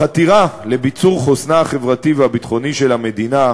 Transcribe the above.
בחתירה לביצור חוסנה החברתי והביטחוני של המדינה,